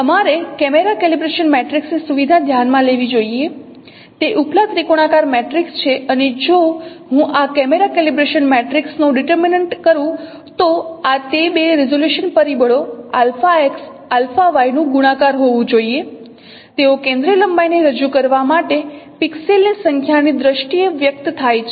તમારે camera calibration matrix ની સુવિધા ધ્યાનમાં લેવી જોઈએ તે ઉપલા ત્રિકોણાકાર મેટ્રિક્સ છે અને જો હું આ કેમેરા કેલિબ્રેશન મેટ્રિક્સ નો ડિટર્મિન્ટ કરું તો આ તે બે રીઝોલ્યુશન પરિબળો x y નું ગુણાકાર હોવું જોઈએ તેઓ કેન્દ્રીય લંબાઈને રજૂ કરવા માટે પિક્સેલ્સની સંખ્યાની દ્રષ્ટિએ વ્યક્ત થાય છે